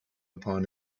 upon